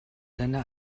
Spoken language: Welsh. dyna